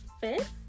fifth